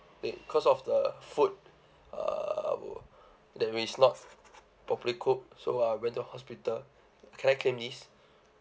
ache cause of the food uh that is not properly cooked so I went to hospital can I claim this